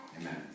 Amen